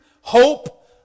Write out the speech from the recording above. hope